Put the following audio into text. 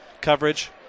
coverage